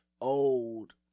Old